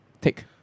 Take